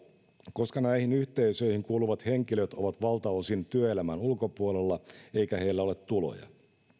koska näihin yhteisöihin kuuluvat henkilöt ovat valtaosin työelämän ulkopuolella eikä heillä ole tuloja